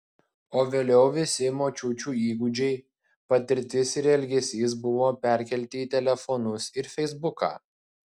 o vėliau visi močiučių įgūdžiai patirtis ir elgesys buvo perkelti į telefonus ir feisbuką